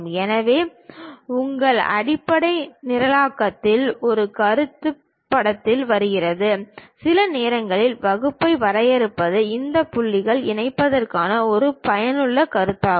எனவே உங்கள் அடிப்படை நிரலாக்கத்தில் ஒரு கருத்து படத்தில் வருகிறது சில நேரங்களில் வகுப்பை வரையறுப்பது இந்த புள்ளிகளை இணைப்பதற்கான ஒரு பயனுள்ள கருத்தாகும்